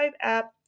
app